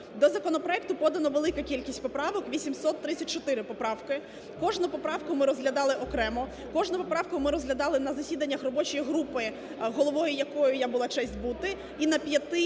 До законопроекту подано велику кількість поправок, 834 поправки, кожну поправку ми розглядали окремо, кожну поправку ми розглядали на засіданнях робочої групи, головою якої я була честь бути, і на п'яти